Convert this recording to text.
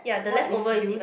what if you